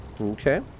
Okay